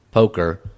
Poker